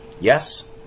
yes